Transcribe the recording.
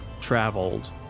traveled